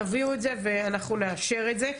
תביאו את זה ואנחנו נאשר את זה.